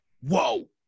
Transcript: whoa